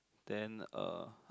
then uh